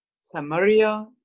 Samaria